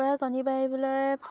কুকুৰাই কণী পাৰিবলৈ